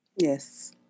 Yes